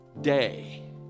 day